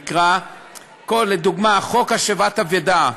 לדוגמה: חוק השבת אבדה,